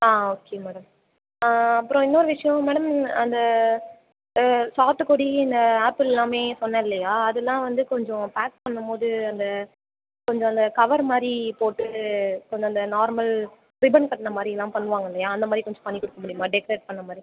ஆ okay madam அப்புறம் இன்னொரு விசயம்ங்க மேடம் அந்த சாத்துக்குடி இந்த ஆப்பிள்லாமே சொன்னே இல்லையா அதெலாம் வந்து கொஞ்சம் பேக் பண்ணும்போது அந்த கொஞ்சம் அந்த கவர் மாதிரி போட்டு கொஞ்சம் அந்த நார்மல் ரிப்பன் கட்டின மாதிரிலாம் பண்ணுவாங்க இல்லையா அந்தமாதிரி கொஞ்சம் பண்ணி கொடுக்க முடியுமா டெக்ரேட் பண்ண மாதிரி